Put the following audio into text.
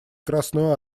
красную